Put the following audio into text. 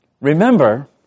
Remember